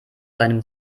seinem